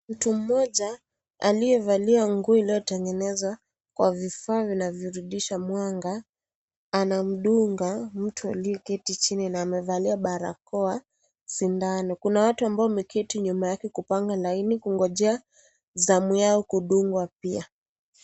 Mtu mmoja aliyevalia nguo iliyotengenezwa kwa vifaa vinavyorudisha mwanga anamdunga mtu aliyeketi chini na amevalia barakoa sindano. Kuna watu ambao wameketi nyuma yake kupanga laini, kungojea zamu yao kudungwa pia.